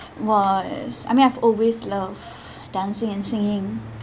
was I mean I've always love dancing and singing